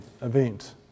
event